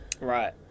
Right